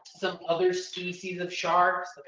some other species of sharks,